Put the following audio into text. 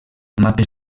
mapes